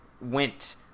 went –